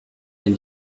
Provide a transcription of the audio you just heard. and